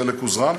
חלק הוזרם,